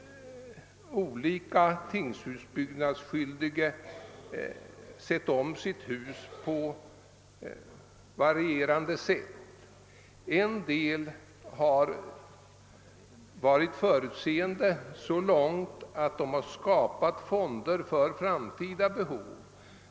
Nu har tingshusbyggnadsskyldige naturligtvis sett om sitt hus på varierande sätt. En del har varit så förutseende att de skapat fonder för framtida behov.